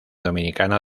dominicana